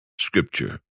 Scripture